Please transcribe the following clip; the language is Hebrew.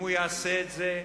אם הוא יעשה את זה,